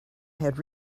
had